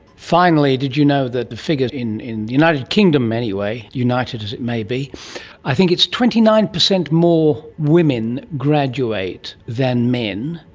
finally, did you know that the figures in in the united kingdom anyway united as it may be i think it's twenty nine per cent more women graduate than men,